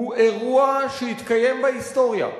הוא אירוע שהתקיים בהיסטוריה.